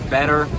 better